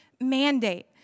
mandate